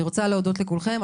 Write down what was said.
אני רוצה להודות לכולכם,